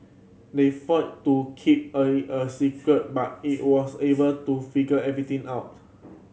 they fired to keep early a secret but he was able to figure everything out